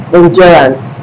endurance